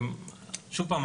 שוב פעם,